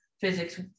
physics